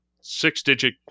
six-digit